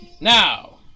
Now